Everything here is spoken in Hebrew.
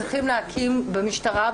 צריכים להקים במשטרה,